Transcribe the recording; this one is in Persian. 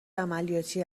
عملیاتی